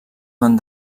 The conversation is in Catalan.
van